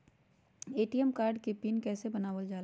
ATM card के pin कैसे बनावल जाला?